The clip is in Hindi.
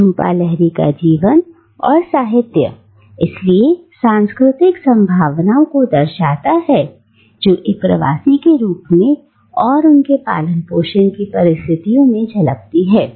झूंपा लाहिरी का जीवन और साहित्य इसलिए सांस्कृतिक संभावनाओं को दर्शाता है जो एक प्रवासी के रूप में और उनके पालन पोषण की परिस्थितियों में झलकती है